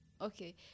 Okay